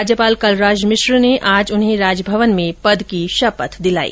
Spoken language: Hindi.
राज्यपाल कलराज मिश्र ने आज उन्हें राजभवन में पद की शपथ दिलाई